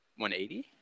180